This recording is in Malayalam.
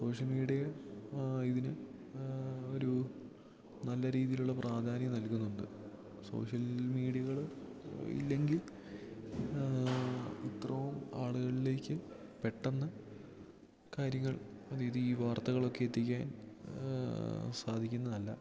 സോഷ്യൽ മീഡിയ ഇതിന് ഒരൂ നല്ല രീതിയിലുള്ള പ്രാധാന്യം നൽകുന്നുണ്ട് സോഷ്യൽ മീഡിയകൾ ഇല്ലെങ്കിൽ ഇത്രയും ആളുകളിലേക്ക് പെട്ടന്ന് കാര്യങ്ങൾ അതായത് ഈ വാർത്തകളൊക്കെ എത്തിക്കാൻ സാധിക്കുന്നതല്ല